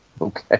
Okay